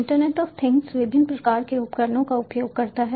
internet of things विभिन्न प्रकार के उपकरणों का उपयोग करता है